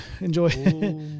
enjoy